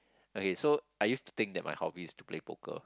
okay so I use to think that my hobby is to play poker